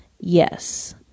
Yes